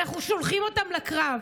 אנחנו שולחים אותם לקרב.